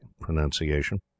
pronunciation